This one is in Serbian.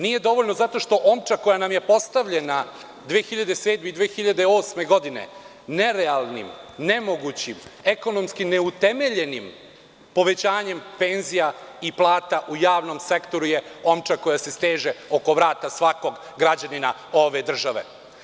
Nije dovoljno zato što omča koja nam je postavljena 2007. i 2008. godine nerealnim, nemogućim, ekonomski neutemeljenim povećanjem penzija i plata u javnom sektoru je omča koja se steže oko vrata svakog građanina ove države.